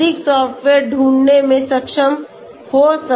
आप अधिक सॉफ्टवेयर्स ढूंढने में सक्षम हो सकते हैं